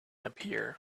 appear